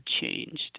changed